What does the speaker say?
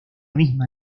misma